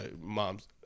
moms